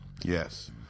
Yes